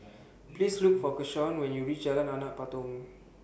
Please Look For Keshaun when YOU REACH Jalan Anak Patong